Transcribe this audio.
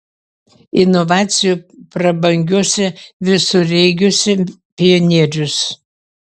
inovacijų prabangiuose visureigiuose pionierius